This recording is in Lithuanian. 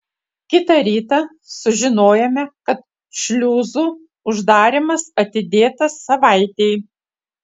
kitą rytą sužinojome kad šliuzų uždarymas atidėtas savaitei